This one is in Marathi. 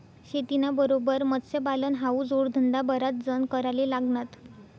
शेतीना बरोबर मत्स्यपालन हावू जोडधंदा बराच जण कराले लागनात